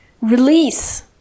release